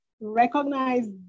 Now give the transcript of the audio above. recognize